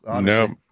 No